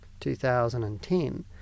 2010